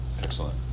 Excellent